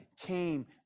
came